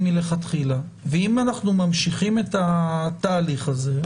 מלכתחילה ואם אנחנו ממשיכים את התהליך הזה,